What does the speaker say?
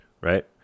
right